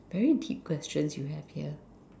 very deep questions you have here